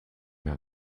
mehr